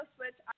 Switch